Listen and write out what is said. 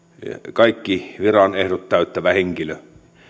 kaikki viran ehdot täyttävä henkilö